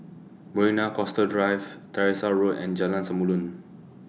Marina Coastal Drive Tyersall Road and Jalan Samulun